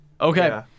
Okay